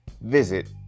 Visit